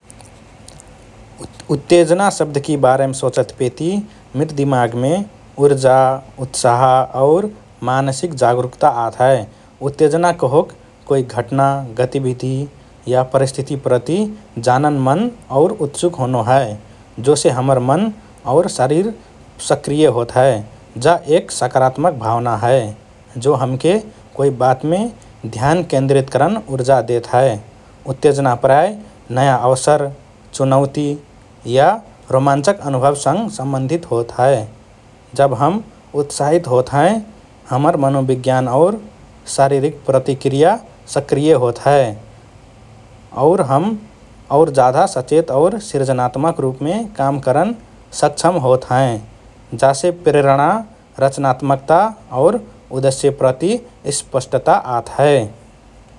“उत्तेजना” शब्दकि बारेम सोचतपेति मिर दिमागमे ऊर्जा, उत्साह और मानसिक जागरुकता आत हए । उत्तेजना कहोक कोइ घटना, गतिविधि या परिस्थिति प्रति जानन मन और उत्सुक होनो हए, जोसे हमर मन और शरीर सक्रिय होत हए । जा एक सकारात्मक भावना हए जो हमके कोइ बातमे ध्यान केन्द्रित करन ऊर्जा देत हए । उत्तेजना प्रायः नया अवसर, चुनौती, या रोमञ्चक अनुभवसँग सम्बन्धित होत हए । जब हम उत्साहित होत हएँ, हमर मनोविज्ञान और शारीरिक प्रतिक्रिया सक्रिय होत हएँ और हम और जाधा सचेत और सृजनात्मक रुपमे काम करन सक्षम होत हएँ । जासे प्रेरणा, रचनात्मकता और उद्देश्यप्रति स्पष्टता आत हए ।